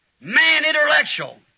man-intellectual